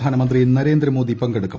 പ്രധാനമന്ത്രി നരേന്ദ്ര മോദി പങ്കെടുക്കും